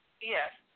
Yes